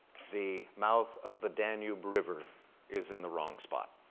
the mouth of the danube river is in the wrong spot.